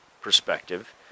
perspective